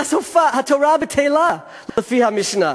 התורה בטלה לפי המשנה.